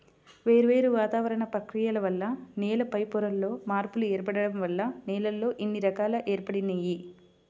వేర్వేరు వాతావరణ ప్రక్రియల వల్ల నేల పైపొరల్లో మార్పులు ఏర్పడటం వల్ల నేలల్లో ఇన్ని రకాలు ఏర్పడినియ్యి